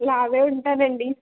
లావే ఉంటాను అండి